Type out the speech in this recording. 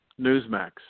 Newsmax